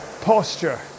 Posture